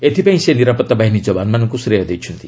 ଏଥିପାଇଁ ସେ ନିରାପତ୍ତାବାହିନୀ ଜବାନମାନଙ୍କୁ ଶ୍ରେୟ ଦେଇଛନ୍ତି